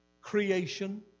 creation